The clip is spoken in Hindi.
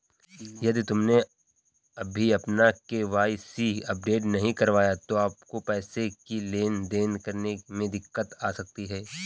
यदि तुमने अभी अपना के.वाई.सी अपडेट नहीं करवाया तो तुमको पैसों की लेन देन करने में दिक्कत आ सकती है